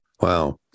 Wow